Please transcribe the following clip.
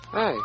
Hey